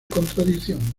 contradicción